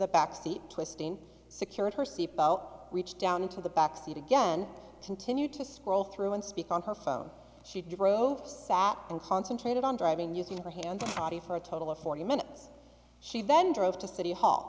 the back seat twisting secured her seat belt reached down into the backseat again continued to scroll through and speak on her phone she drove sat and concentrated on driving using her hand for a total of forty minutes she then drove to city hall